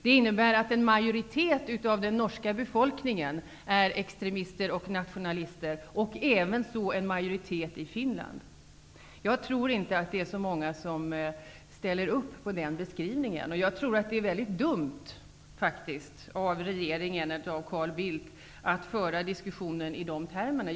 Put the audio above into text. Det innebär också att en majoritet av den norska befolkningen skulle vara extremister och nationalister, ävenså en majoritet i Finland. Jag tror inte att det är så många som ställer sig bakom den beskrivningen. Jag tror faktiskt att det är mycket dumt av Carl Bildt och regeringen att föra diskussionen i de termerna.